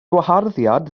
gwaharddiad